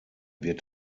wird